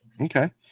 Okay